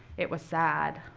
it was sad.